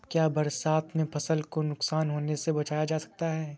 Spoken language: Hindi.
क्या बरसात में फसल को नुकसान होने से बचाया जा सकता है?